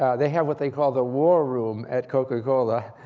they have what they call the war room at coca-cola,